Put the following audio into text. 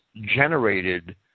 generated